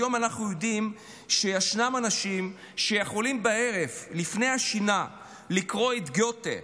היום אנחנו יודעים שיש אנשים שיכולים בערב לפני השינה לקרוא את גתה,